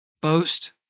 Boast